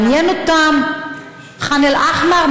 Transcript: מעניין אותם ח'אן אל-אחמר,